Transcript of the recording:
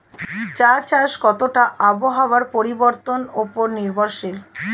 চা চাষ কতটা আবহাওয়ার পরিবর্তন উপর নির্ভরশীল?